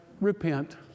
repent